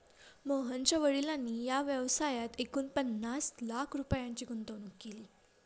मोहनच्या वडिलांनी या व्यवसायात एकूण पन्नास लाख रुपयांची गुंतवणूक केली